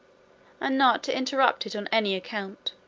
and not to interrupt it on any account.